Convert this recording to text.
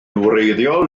wreiddiol